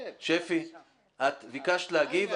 את ביקשת להגיב,